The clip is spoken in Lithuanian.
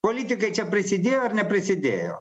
politikai čia prisidėjo ar neprisidėjo